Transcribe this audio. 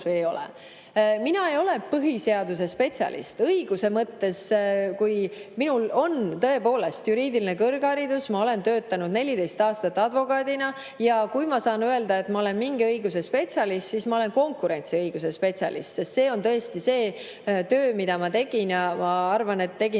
või ei ole. Mina ei ole põhiseaduse spetsialist. Mul on tõepoolest juriidiline kõrgharidus, ma olen töötanud 14 aastat advokaadina. Aga kui ma saan öelda, et olen mingi õigusala spetsialist, siis olen konkurentsiõiguse spetsialist, sest see on tõesti see töö, mida ma tegin, ja ma arvan, et tegin